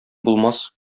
булмас